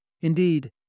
Indeed